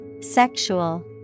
Sexual